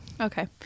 Okay